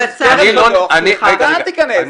אתה אל תיכנס,